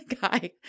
guy